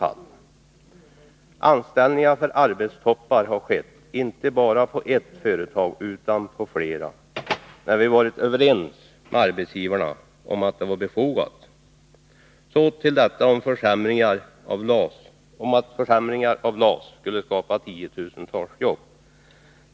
Anställningarna för arbetstoppar har skett inte bara på ett företag utan på flera, när vi varit överens med arbetsgivarna om att det var befogat. Så till detta om att försämringar av LAS skulle skapa tiotusentals jobb.